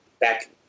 back